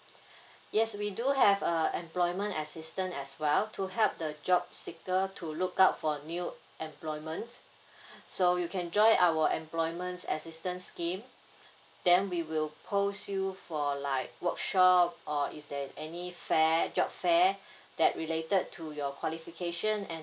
yes we do have a employment assistance as well to help the job seeker to look out for new employment so you can join our employment assistance scheme then we will post you for like workshop or is there any fair job fair that related to your qualification and